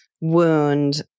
wound